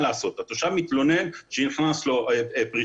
מה לעשות שנכנסת לו פריחה,